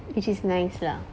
which is nice lah